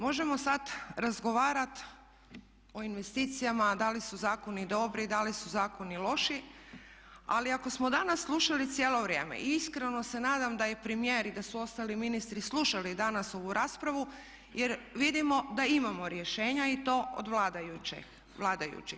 Možemo sad razgovarati o investicijama da li su zakoni dobri, da li su zakoni loši ali ako smo danas slušali cijelo vrijeme i iskreno se nadam da je premijer i da su ostali ministri slušali danas ovu raspravu jer vidimo da imamo rješenja i to od vladajućih.